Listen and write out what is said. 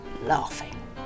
laughing